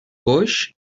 coix